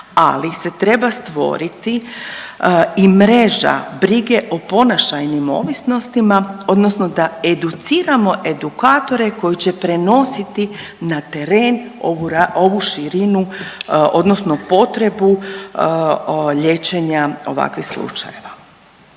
ali se treba stvoriti i mreža brige o ponašajnim ovisnostima, odnosno da educiramo edukatore koji će prenositi na teren ovu širinu odnosno potrebu liječenja ovakvih slučajeva.